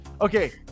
Okay